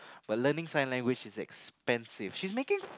but learning sign language is expensive she's making